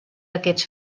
aquests